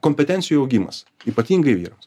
kompetencijų augimas ypatingai vyrams